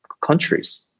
countries